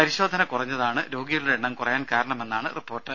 പരിശോധന കുറഞ്ഞതാണ് രോഗികളുടെ എണ്ണം കുറയാൻ കാരണമെന്നാണ് റിപ്പോർട്ട്